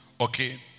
Okay